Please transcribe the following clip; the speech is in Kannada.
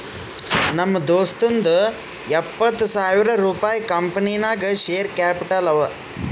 ನಮ್ ದೋಸ್ತುಂದೂ ಎಪ್ಪತ್ತ್ ಸಾವಿರ ರುಪಾಯಿ ಕಂಪನಿ ನಾಗ್ ಶೇರ್ ಕ್ಯಾಪಿಟಲ್ ಅವ